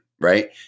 right